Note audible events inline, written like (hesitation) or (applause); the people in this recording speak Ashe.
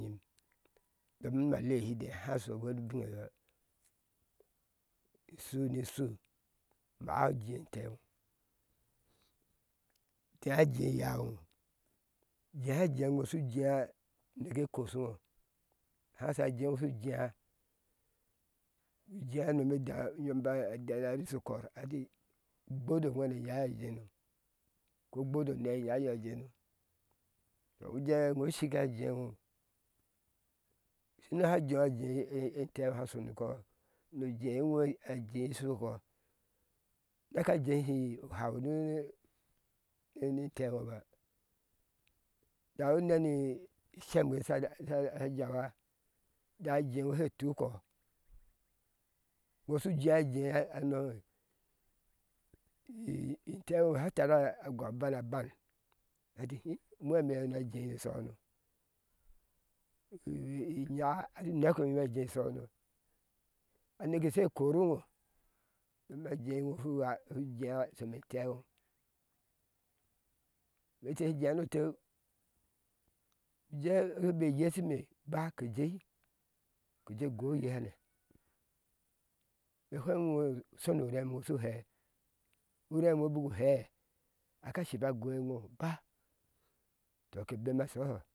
In enyima ale chide ashu wani binalo ishin ni ishu má ajeee entɛɛŋo ujea jee cyáá ŋo u jea jjea e iŋo shujea ne koshi iŋo hásha a jee eŋo shu jea ijea unomedáá unyɔm da rishu ukɔr ati ugbodo uhenɛ enyáá a jee ŋo? Ko ugbodo unei enyáá a jueino to ujee iŋo ushika ajea ŋo unehe ajea jee (hesitation) entɛɛ sha shoni inkɔ niu jee eŋo a jee eshokɔ unek a jeh u hau ni intee. ŋoba da unemi ishem eye sha jawa da ajee ŋo she tukɔ iŋo shu jea ajea hano (hesitation) e intee sha tara agɔɔ a bn aban ati im uwheme na jei ishohono (hesitation) inyaa unekpe eŋo ajei ishahono aneke shéé koori iŋo domi ajéé eŋo hu jea shome entɛɛ ŋo nike jei keye e gɔɔ oye hane ufweŋ iŋoshonu urem ŋo shu héé bik u hèé aka shipa agɔi eŋo to ke bemi ishoho